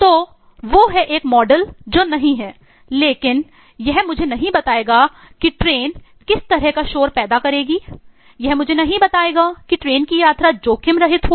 तो वो है एक मॉडल खर्च होगी